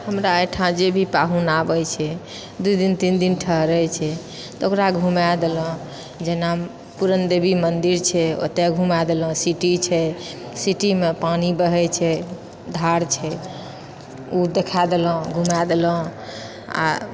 हमरा अइठाँ जे भी पाहुन आबै छै दू दिन तीन दिन ठहरै छै तऽ ओकरा घुमाय देलौं जेना पूरण देवी मन्दिर छै ओतय घुमाय देलौं सिटी छै सिटी मे पानी बहै छै धार छै ऊ देखाय देलौं घुमाय देलौं आ